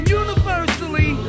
universally